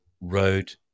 road